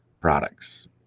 products